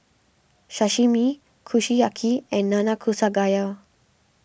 Sashimi Kushiyaki and Nanakusa Gayu